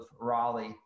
Raleigh